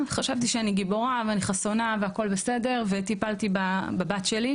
חשבתי שאני גיבורה ואני חסונה והכול בסדר וטיפלתי בבת שלי,